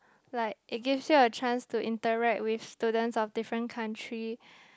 like it gives you a chance to interact with students of different country